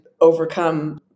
overcome